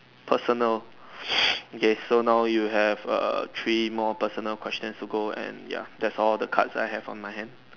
personal okay so now you have err three more personal questions to go and ya that's all the cards I have on my hand